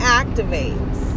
activates